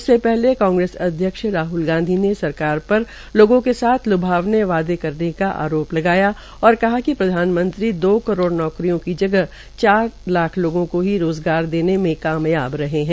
इससे पहले कांग्रेस अध्यक्ष राहल गांधी ने सरकार पर लोगों के साथ लुभावने वादे करने का आरोप लगाया और कहा कि प्रधानमंत्री दो करोड़ नौकरियों की जगह चार लाख लोगों को ही रोज़गार देने की कामयाब रहे है